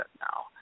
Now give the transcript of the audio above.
now